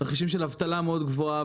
תרחישים של אבטלה מאוד גבוהה,